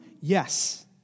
Yes